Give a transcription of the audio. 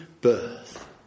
birth